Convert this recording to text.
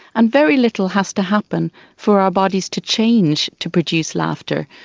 and very little has to happen for our bodies to change to produce laughter.